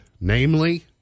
Namely